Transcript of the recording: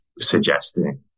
suggesting